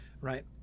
right